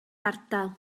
ardal